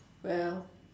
well